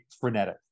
frenetic